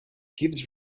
gives